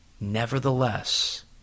Nevertheless